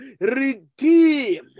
redeem